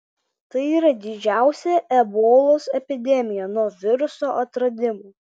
tai yra didžiausia ebolos epidemija nuo viruso atradimo